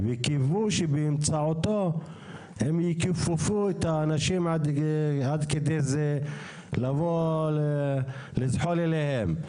וקיוו שבאמצעותו הם יכופפו את האנשים עד כדי זה לבוא לזחול אליהם.